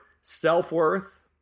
self-worth